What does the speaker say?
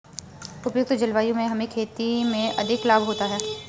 उपयुक्त जलवायु से हमें खेती में अधिक लाभ होता है